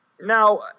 Now